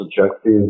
subjective